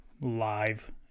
Live